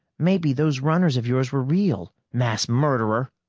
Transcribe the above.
maybe those runners of yours were real, mass murderer!